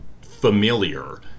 familiar